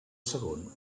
segon